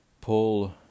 Paul